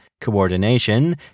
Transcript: coordination